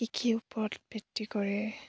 কৃষিৰ ওপৰত ভিত্তি কৰে